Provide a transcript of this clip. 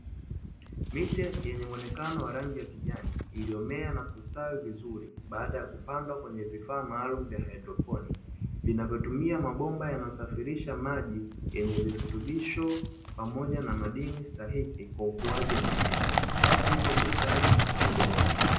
Miche yenye rangi ya kijani iliyomea na kustawi vizuri, baada ya kupandwa na vifaa maalumu vya haidroponi, vinavyotumia mabomba yanayosafirisha maji yenye virutubisho pamoja na madini stahiki kwa ukuaji wa mimea pasipo kuhitaji udongo.